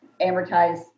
amortize